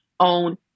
Own